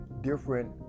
different